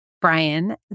Brian